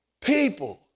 People